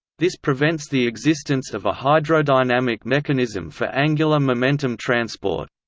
this prevents the existence of a hydrodynamic mechanism for angular momentum transport.